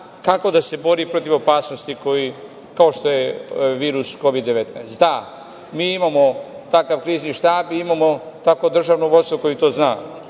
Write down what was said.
kako da se bori protiv opasnosti kao što je virus Kovid – 19. Da, mi imamo takav Krizni štab i imamo takvo državno vođstvo koji to zna.